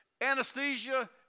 anesthesia